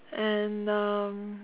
and um